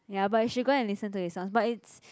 ya but you should go and listen to his song but it's